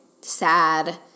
sad